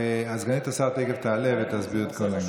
סגנית השר תכף תעלה ותסביר את כל העניין.